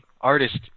artist